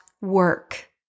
work